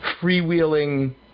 freewheeling